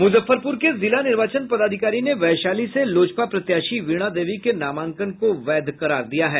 मुजफ्फरपूर के जिला निर्वाचन पदाधिकारी ने वैशाली से लोजपा प्रत्याशी वीणा देवी के नामांकन को वैध करार दिया है